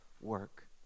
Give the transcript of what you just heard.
work